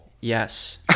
Yes